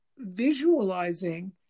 visualizing